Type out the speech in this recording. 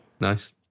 nice